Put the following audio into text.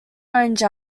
orange